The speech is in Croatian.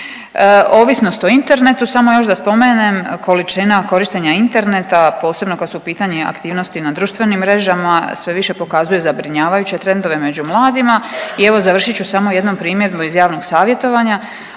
Ovisnost o internetu, samo još da spomenem, količina korištenja interneta, posebno ako su u pitanju aktivnosti na društvenim mrežama, sve više pokazuje zabrinjavajuće trendove među mladima i evo, završit ću samo jednom primjedbom iz javnog savjetovanja,